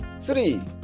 Three